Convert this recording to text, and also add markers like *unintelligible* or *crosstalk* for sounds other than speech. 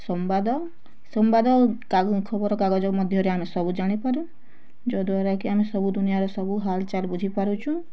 ସମ୍ବାଦ ସମ୍ବାଦ ଆଉ *unintelligible* ଖବର କାଗଜ ମଧ୍ୟରେ ଆମେ ସବୁ ଜାଣି ପାରୁଁ ଯ ଦ୍ଵାରା କି ଆମେ ସବୁ ଦୁନିଆର ସବୁ ହାଲ୍ ଚାଲ୍ ବୁଝି ପାରୁଚୁଁ